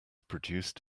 produced